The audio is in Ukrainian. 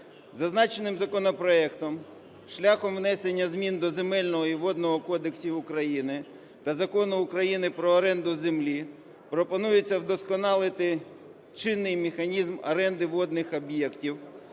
Зазначеним законопроектом шляхом внесення змін до Земельного і Водного кодексів України та Закону України "Про оренду землі" пропонується вдосконалити чинний механізм оренди водних об'єктів.